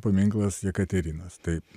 paminklas jekaterinos taip